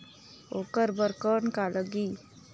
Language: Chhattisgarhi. ओकर बर कौन का लगी?